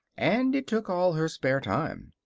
and it took all her spare time.